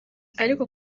ariko